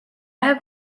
have